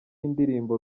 indirimbo